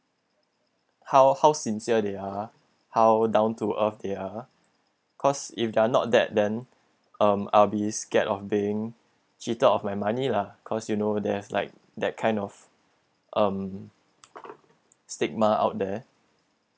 how how sincere they are how down to earth they are cause if they're not that then um I'll be scared of being cheated of my money lah cause you know there's like that kind of um stigma out there